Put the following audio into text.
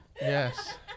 yes